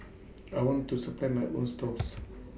I want to supply my own stalls